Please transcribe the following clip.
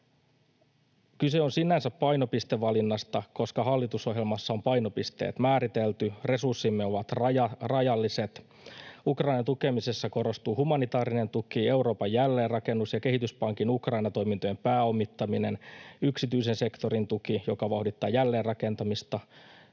Kyse on sinänsä painopistevalinnasta, koska hallitusohjelmassa on painopisteet määritelty. Resurssimme ovat rajalliset. Ukrainan tukemisessa korostuu humanitaarinen tuki, Euroopan jälleenrakennus‑ ja kehityspankin Ukraina-toimintojen pääomittaminen ja yksityisen sektorin tuki, joka vauhdittaa jälleenrakentamista.